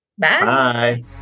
bye